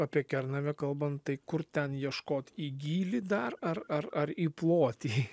apie kernavę kalbant tai kur ten ieškot į gylį dar ar ar ar į plotį